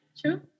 True